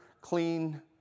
clean